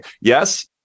yes